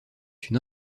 une